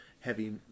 heavy